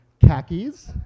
khakis